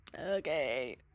Okay